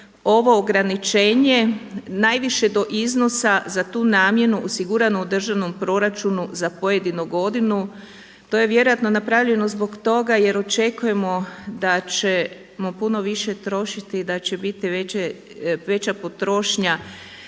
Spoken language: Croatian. ovo ograničenje najviše do iznosa za tu namjenu osiguranu u državnom proračunu za pojedinu godinu. To je vjerojatno napravljeno zbog toga jer očekujemo da ćemo puno više trošiti i da će biti veća potrošnja